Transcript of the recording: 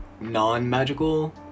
non-magical